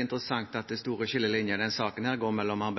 interessant at de store skillelinjene i denne saken går mellom